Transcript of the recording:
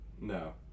No